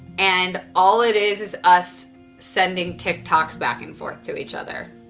and all it is is us sending tiktoks back and forth to each other.